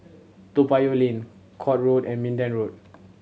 Toa Payoh Lane Court Road and Minden Road